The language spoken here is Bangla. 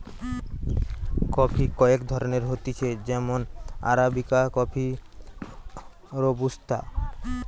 কফি কয়েক ধরণের হতিছে যেমন আরাবিকা কফি, রোবুস্তা